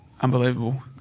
unbelievable